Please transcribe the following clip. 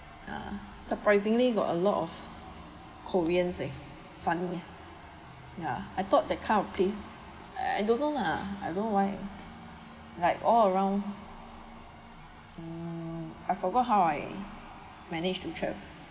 ah surprisingly got a lot of korean eh funny ya I thought that kind of place I don't know lah I don't know why like all around mm I forgot how I managed to travel